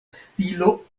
stilo